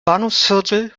bahnhofsviertel